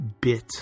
bit